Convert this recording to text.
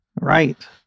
Right